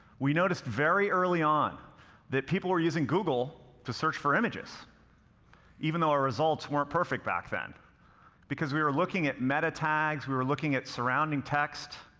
we noticed very early on that people were using google to search for images even though our results weren't perfect back then because we were looking at meta tags, we were looking at surrounding text.